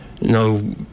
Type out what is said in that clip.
no